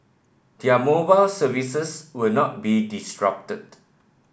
their mobile services will not be disrupted